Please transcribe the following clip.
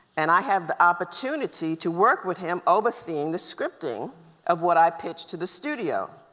and i have the opportunity to work with him overseeing the scripting of what i pitched to the studio,